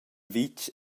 vitg